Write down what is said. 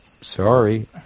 Sorry